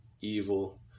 evil